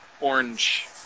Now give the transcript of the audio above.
orange